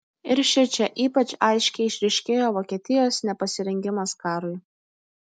ir šičia ypač aiškiai išryškėjo vokietijos nepasirengimas karui